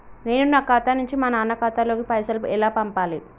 నేను నా ఖాతా నుంచి మా నాన్న ఖాతా లోకి పైసలు ఎలా పంపాలి?